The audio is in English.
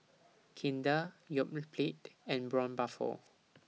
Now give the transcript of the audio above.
Kinder Yoplait and Braun Buffel